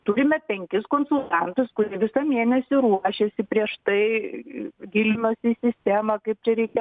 turime penkis konsultantus kurie visą mėnesį ruošėsi prieš tai gilinosi į sistemą kaip čia reikia